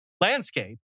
landscape